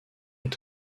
est